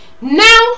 Now